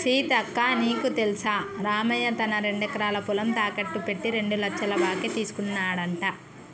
సీతక్క నీకు తెల్సా రామయ్య తన రెండెకరాల పొలం తాకెట్టు పెట్టి రెండు లచ్చల బాకీ తీసుకున్నాడంట